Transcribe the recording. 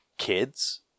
kids